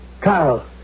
Carl